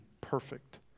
perfect